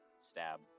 stab